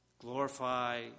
Glorify